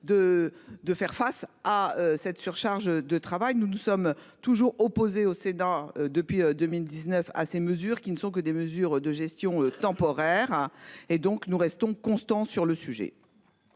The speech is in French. de faire face à cette surcharge de travail. Nous nous sommes toujours opposés au cédant depuis 2019 à ces mesures qui ne sont que des mesures de gestion temporaire et donc nous restons constants sur le sujet.